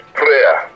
prayer